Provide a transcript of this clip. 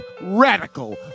Radical